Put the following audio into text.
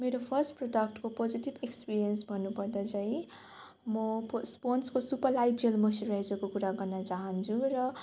मेरो फर्स्ट प्रडक्टको positive experience भन्नु पर्दा चाहिँ म पोन्ड्सको सुपर लाइट जेल मोइस्चराइजरको कुरा गर्न चाहन्छु र